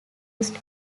used